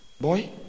Boy